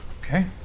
Okay